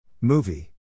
Movie